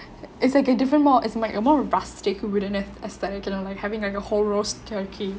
it's like a different more it's like a more rustic having like a whole roast turkey